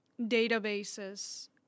databases